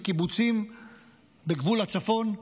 מקיבוצים בגבול הצפון,